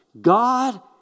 God